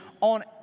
on